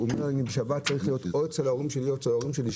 ואולי אני בשבת צריך להיות או אצל ההורים שלי או אצל ההורים של אשתי,